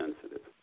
sensitive